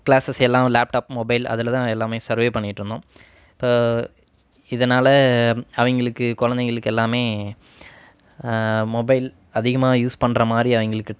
classes எல்லாம் laptop mobile அதில்தான் எல்லாமே சர்வே பண்ணிகிட்டு இருந்தோம் இதனால் அவங்களுக்கு கொழந்தைங்களுக்கு எல்லாமே மொபைல் அதிகமாக யூஸ் பண்ணுற மாதிரி அவங்களுக்கு